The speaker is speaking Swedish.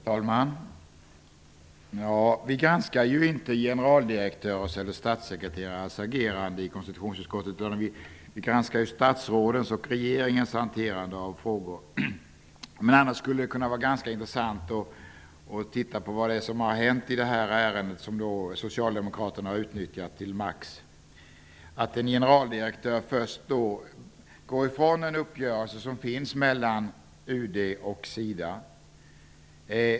Herr talman! Vi granskar inte generaldirektörers eller statssekreterares agerande i konstitutionsutskottet. Vi granskar statsrådens och regeringens hanterande av frågor. Men annars kan det vara ganska intressant att se på vad som har hänt i detta ärende som Socialdemokraterna utnyttjar till max. Först går en generaldirektör ifrån en uppgörelse som finns mellan UD och SIDA.